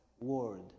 word